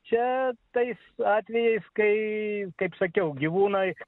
čia tais atvejais kai kaip sakiau gyvūnai